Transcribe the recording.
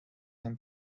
him